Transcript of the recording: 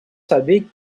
saber